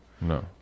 No